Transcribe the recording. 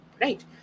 Right